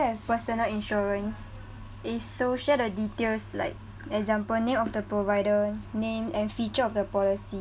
have personal insurance if so share the details like example name of the provider name and feature of the policy